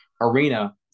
arena